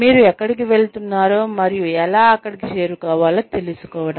మీరు ఎక్కడికి వెళుతున్నారో మరియు ఎలా అక్కడికి చేరుకోవాలో తెలుసుకోవడం